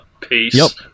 peace